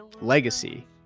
legacy